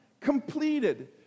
completed